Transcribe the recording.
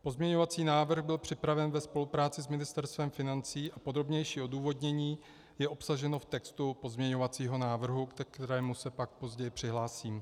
Pozměňovací návrh byl připraven ve spolupráci s Ministerstvem financí a podrobnější odůvodnění je obsaženo v textu pozměňovacího návrhu, ke kterému se pak později přihlásím.